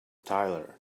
tyler